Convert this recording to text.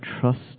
trust